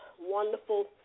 wonderful